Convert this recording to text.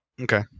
Okay